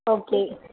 okay